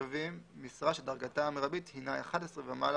יש או מזכיר או מנכ"ל, אין דבר כזה.